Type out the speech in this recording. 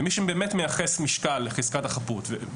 ומי שבאמת מייחס משקל לחזקת החפות הוא